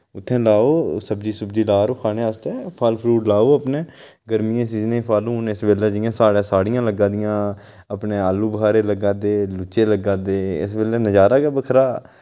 उत्थै लाओ सब्जी सुब्जि ला रो खाने आस्तै फल फ्रूट लाओ अपनै गर्मियें सीजने फल हून इस बेल्लै जि'यां साढ़ै साह्ड़ियां लग्गै दियां अपने आलू बखारे लग्गा दे लुच्चे लग्गा दे इस बेल्लै नजारा गै बक्खरा